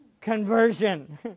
conversion